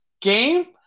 game